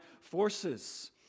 forces